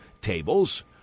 tables